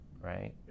right